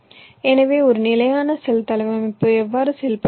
எனவே ஒரு நிலையான செல் தளவமைப்பு எவ்வாறு செயல்படுகிறது